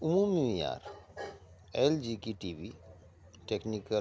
عموماََ LG جی کیٹی وی ٹیکنیکل